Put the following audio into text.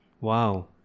Wow